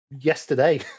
yesterday